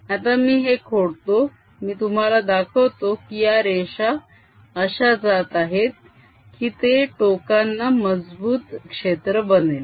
आता मी हे खोडतो मी तुम्हाला दाखवतो की या रेषा अशा जात आहेत की ते टोकांना मजबूत क्षेत्र बनेल